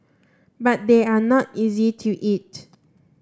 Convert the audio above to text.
but they are not easy to eat